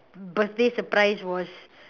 birthday surprise was